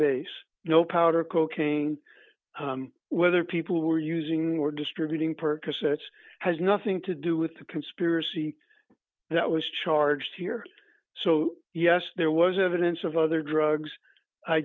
base no powder cocaine whether people were using were distributing percocet has nothing to do with the conspiracy that was charged here so yes there was evidence of other drugs i